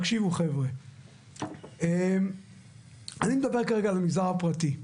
תקשיבו חבר'ה, אני מדבר כרגע על המגזר הפרטי.